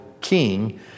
king